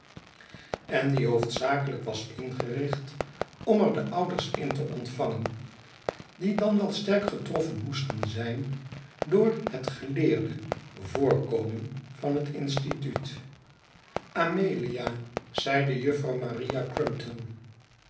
en die hoofdzakelijk was ingericht om er de ouders in te ontvangen die dan wel sterk getroffen moeslen zijn door het geleerde voorkomen van het instituut amelia zeide juffrouw maria